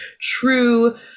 true